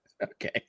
Okay